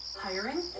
Hiring